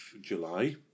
July